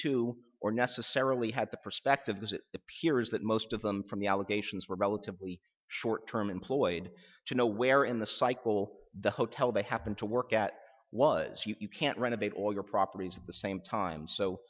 to or necessarily had the perspective as it appears that most of them from the allegations were relatively short term employed do you know where in the cycle the hotel they happened to work at was you you can't renovate all your properties at the same time so